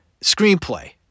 Screenplay